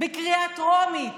בקריאה טרומית.